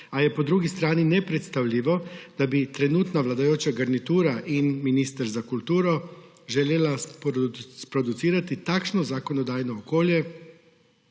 a je po drugi strani nepredstavljivo, da bi trenutno vladajoča garnitura in minister za kulturo želela sproducirati takšno zakonodajno okolje,